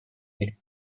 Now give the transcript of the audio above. мире